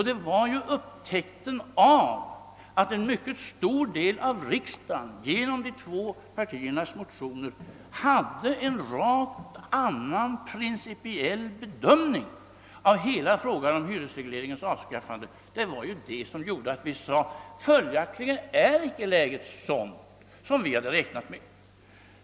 Det var ju upptäckten av — den upptäckten gjorde vi genom de båda partiernas motioner — att en mycket stor del av riksdagen hade en rakt motsatt principiell bedömning av hela frågan som gjorde att vi sade: Följaktligen är läget icke sådant som vi hade räknat med.